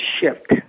shift